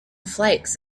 flakes